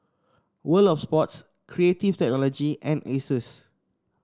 World Of Sports Creative Technology and Asus